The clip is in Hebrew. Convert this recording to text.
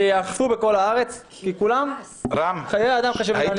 שיאכפו בכל הארץ כי לכולם גם חיי אדם חשובים.